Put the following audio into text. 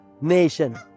nation